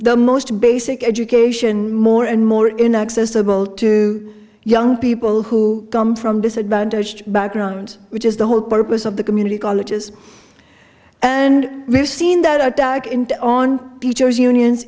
the most basic education more and more inaccessible to young people who come from disadvantaged backgrounds which is the whole purpose of the community colleges and we seen that attack into on teachers unions